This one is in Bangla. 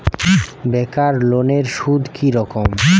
বেকার লোনের সুদ কি রকম?